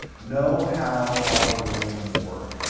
know how our brains work.